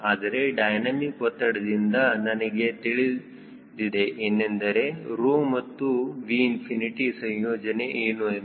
ಆದರೆ ಡೈನಮಿಕ್ ಒತ್ತಡದಿಂದ ನನಗೆ ತಿಳಿದಿದೆ ಏನೆಂದರೆ 𝜌 ಮತ್ತು Vꝏ ಸಂಯೋಜನೆ ಏನು ಎಂದು